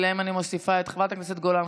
אני מוסיפה את חברת הכנסת גולן,